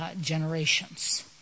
generations